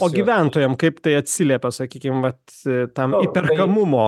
o gyventojam kaip tai atsiliepia sakykim vat tam įperkamumo